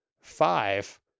five